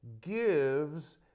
gives